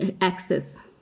access